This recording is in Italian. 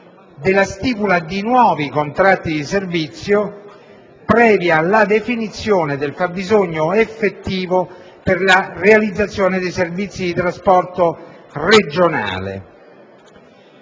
della stipula dei nuovi contratti di servizio, previa definizione del fabbisogno effettivo per la realizzazione dei servizi di trasporto regionale